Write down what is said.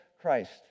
Christ